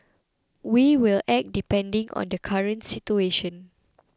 we will act depending on the current situation